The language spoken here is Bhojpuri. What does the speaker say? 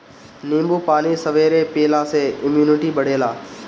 नींबू पानी सबेरे पियला से इमुनिटी बढ़ेला